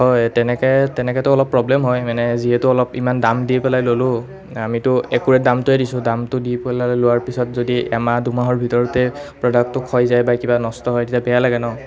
হয় তেনেকৈ তেনেকৈতো অলপ প্ৰব্লেম হয় মানে যিহেতু ইমান দাম দি পেলাই ল'লোঁ আমিতো একুৰেট দামটোহে দিছোঁ দামটো দি পেলাই লোৱাৰ পাছত যদি এমাহ দুমাহৰ ভিতৰতে প্ৰডাক্টটো ক্ষয় যায় বা কিবা নষ্ট হয় তেতিয়া বেয়া লাগে ন